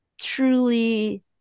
truly